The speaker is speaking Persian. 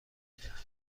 میدهد